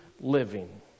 Living